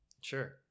Sure